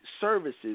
services